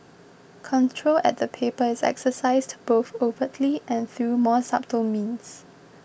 control at the paper is exercised both overtly and through more subtle means